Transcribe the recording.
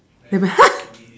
never !huh!